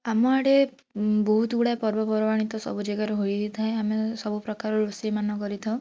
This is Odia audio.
ଆମ ଆଡ଼େ ବହୁତ ଗୁଡ଼ାଏ ପର୍ବପର୍ବାଣୀ ତ ସବୁ ଜାଗାରେ ହୋଇ ହିଁ ଥାଏ ଆମେ ସବୁପ୍ରକାର ରୋଷେଇମାନ କରିଥାଉ